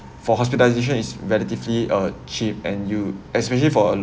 for hospitalization is relatively uh cheap and you especially for